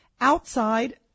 outside